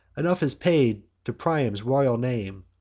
enough is paid to priam's royal name,